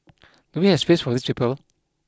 do we have space for these people